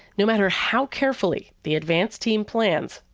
no matter how carefully the advance team plans,